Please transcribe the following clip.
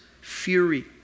fury